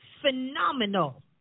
phenomenal